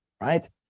right